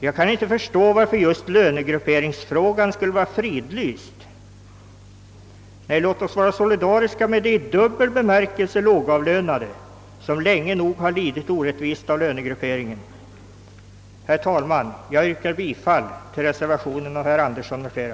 Jag kan inte förstå varför just lönegrupperingsfrågan skulle vara fridlyst. Nej, låt oss va ra solidariska med de i dubbel bemärkelse lågavlönade som länge nog har lidit orättvist av lönegrupperingen. Herr talman! Jag yrkar bifall till reservationen av herr Axel Andersson m.fl.